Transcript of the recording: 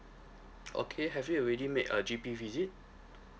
okay have you already made a G_P visit